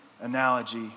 analogy